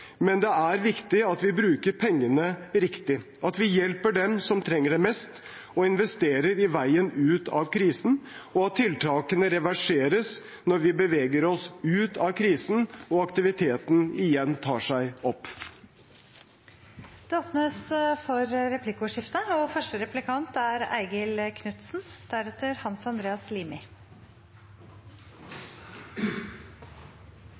men det er viktig at vi bruker pengene riktig, at vi hjelper dem som trenger det mest, og investerer i veien ut av krisen, og at tiltakene reverseres når vi beveger oss ut av krisen og aktiviteten igjen tar seg opp. Det blir replikkordskifte.